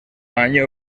año